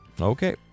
Okay